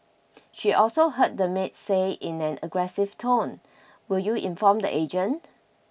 she also heard the maid say in an aggressive tone will you inform the agent